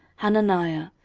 hananiah,